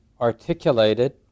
articulated